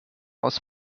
aus